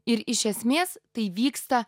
ir iš esmės tai vyksta